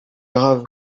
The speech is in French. grave